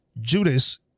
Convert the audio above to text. Judas